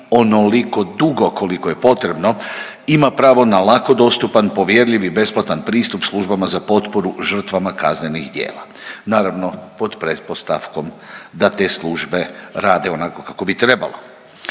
onoliko dugo koliko je potrebno ima pravo na lako dostupan, povjerljiv i besplatan pristup službama za potporu žrtvama kaznenih djela. Naravno pod pretpostavkom da te službe rade onako kako bi trebalo.